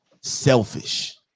selfish